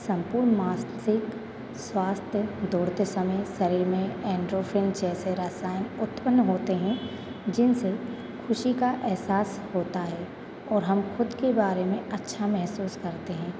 सम्पूर्ण मासिक स्वास्थ्य दौड़ते समय शरीर में एंड्रोफ़िन जैसे रसायन उत्पन्न होते हैं जिनसे खुशी का अहसास होता है और हम खुद के बारे में अच्छा महसूस करते हैं